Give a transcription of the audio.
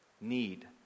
need